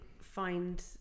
find